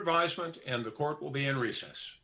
advisement and the court will be in recess